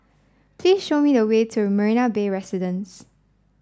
please show me the way to Marina Bay Residences